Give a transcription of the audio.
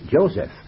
Joseph